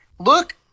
Look